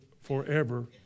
forever